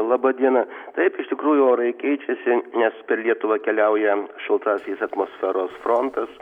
laba diena taip iš tikrųjų orai keičiasi nes per lietuvą keliauja šaltasis atmosferos frontas